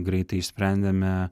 greitai išsprendėme